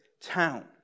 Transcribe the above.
town